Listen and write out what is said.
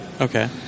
Okay